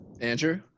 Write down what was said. Andrew